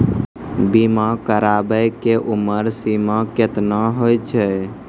बीमा कराबै के उमर सीमा केतना होय छै?